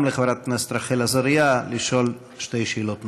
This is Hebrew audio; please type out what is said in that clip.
לחברת הכנסת רחל עזריה לשאול שתי שאלות נוספות.